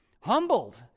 Humbled